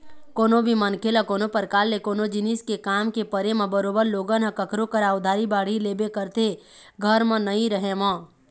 कोनो भी मनखे ल कोनो परकार ले कोनो जिनिस के काम के परे म बरोबर लोगन ह कखरो करा उधारी बाड़ही लेबे करथे घर म नइ रहें म